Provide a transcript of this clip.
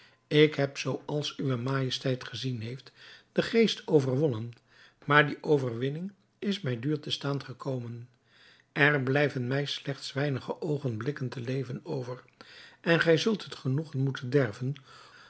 ik heb zoo als uwe majesteit gezien heeft den geest overwonnen maar die overwinning is mij duur te staan gekomen er blijven mij slechts weinige oogenblikken te leven over en gij zult het genoegen moeten